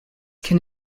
can